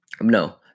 no